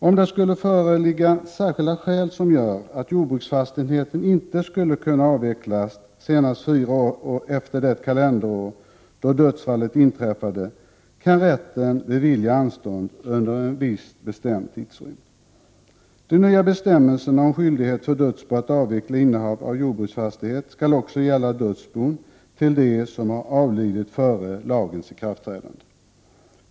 Om jordbruksfastigheten av särskilda skäl inte skulle kunna avvecklas senast fyra år efter det kalenderår då dödsfallet inträffade, kan rätten bevilja anstånd under en viss bestämd tidsrymd. De nya bestämmelserna om skyldighet för dödsbo att avveckla innehav av jordbruksfastighet skall också gälla dödsbon till dem som har avlidit före lagens ikraftträdande.